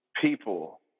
people